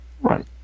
Right